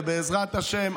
ובעזרת השם,